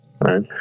right